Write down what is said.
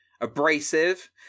abrasive